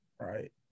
right